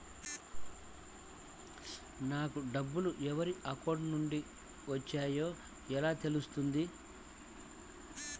నాకు డబ్బులు ఎవరి అకౌంట్ నుండి వచ్చాయో ఎలా తెలుస్తుంది?